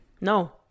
No